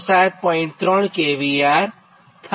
3 kVAR થાય